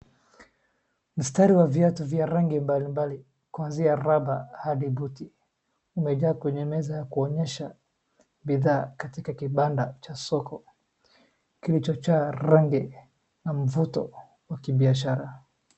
Mstari wa viatu vya rangi mbalimbali kuanzia rubber hadi buti imejaa kwenye meza kuonyesha bidhaa katika kibanda cha soko kilichojaa rangi na mvuto wa kibiashara.